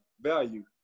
value